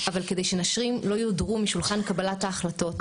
אבל כדי שנשים לא יודרו משולחן קבלת ההחלטות,